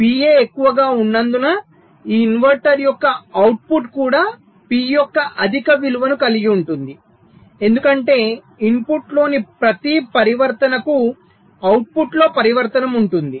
PA ఎక్కువగా ఉన్నందున ఈ ఇన్వర్టర్ యొక్క అవుట్పుట్ కూడా P యొక్క అధిక విలువను కలిగి ఉంటుంది ఎందుకంటే ఇన్పుట్లోని ప్రతి పరివర్తనకు అవుట్పుట్లో పరివర్తనం ఉంటుంది